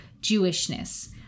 jewishness